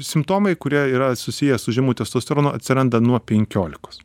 simptomai kurie yra susiję su žemu testosteronu atsiranda nuo penkiolikos